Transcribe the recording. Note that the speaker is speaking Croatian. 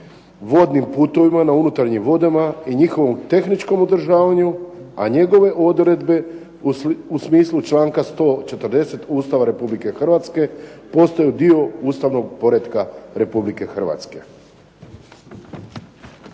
vodnim putovima na unutarnjim vodama i njihovom tehničkom održavanju, a njegove odredbe u smislu članka 140. Ustava Republike Hrvatske postaju dio ustavnog poretka Republike Hrvatske.